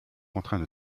contraint